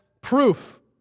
proof